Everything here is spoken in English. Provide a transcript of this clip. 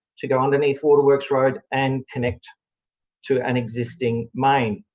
to go underneath waterworks road and connect to an existing main.